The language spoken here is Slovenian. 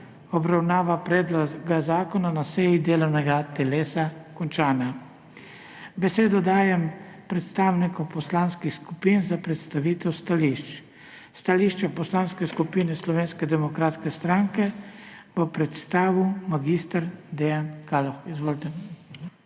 obravnava predloga zakona na seji delovnega telesa končana. Besedo dajem predstavnikom poslanskih skupin za predstavitev stališč. Stališče Poslanske skupine Slovenske demokratske stranke bo predstavil mag. Dejan Kaloh. Izvolite.